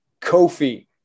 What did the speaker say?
Kofi